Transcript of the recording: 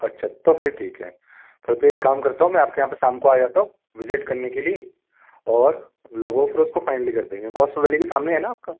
अच्छा तो फिर ठीक है फिर तो एक काम करता हूँ मैं आपके यहाँ पर शाम को आ जाता हूँ विज़िट करने के लिए और लगभग फिर उसको फ़ाइनल ही कर देंगे कोस्मो वैली के सामने है ना आपका